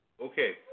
Okay